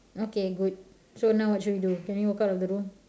okay good so now what should we do can we walk out of the room